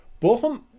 Bochum